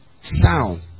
Sound